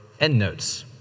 endnotes